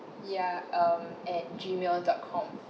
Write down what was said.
ya um at G mail dot com